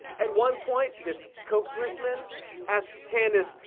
at one point, this koch-gressman asked candace,